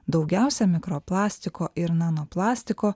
daugiausia mikroplastiko ir nanoplastiko